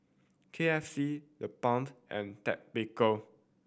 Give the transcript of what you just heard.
K F C TheBalm and Ted Baker